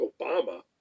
Obama